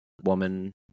woman